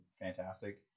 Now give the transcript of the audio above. fantastic